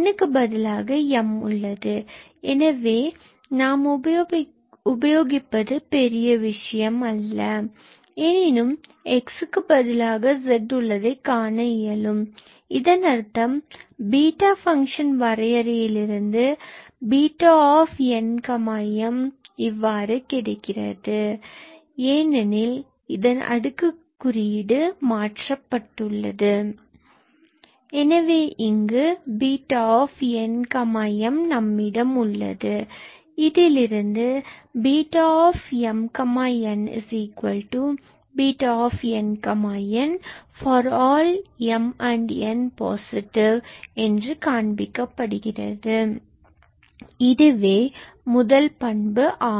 n க்கு பதிலாக m உள்ளது எனவே நாம் உபயோகிப்பது பெரிய விஷயம் அல்ல எனினும் xக்கு பதிலாக z உள்ளதை காண இயலும் இதன் அர்த்தம் மேலும் பீட்டா ஃபங்ஷன் வரையறையில் இருந்து Bnm இவ்வாறு கிடைக்கிறது ஏனெனில் இதன் அடுக்கு குறியீடு மாற்றப்பட்டுள்ளது எனவே இங்கு Β𝑛𝑚 இதுவே நம்மிடம் உள்ளது இதிலிருந்து Β𝑚𝑛Β𝑛𝑚 for all m and n positive காண்பிக்கப்படுகிறது இதுவே முதல் பண்பு ஆகும்